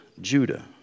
Judah